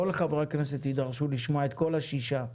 כל חברי הכנסת יידרשו לשמוע את כל השישה.